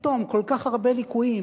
פתאום כל כך הרבה ליקויים,